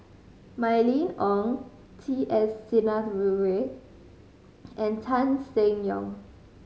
Mylene Ong T S Sinnathuray and Tan Seng Yong